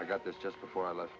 i got this just before i left